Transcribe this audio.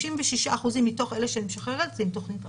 56% מתוך אלה שאני משחררת הם מתוכנית רש"א.